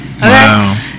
Wow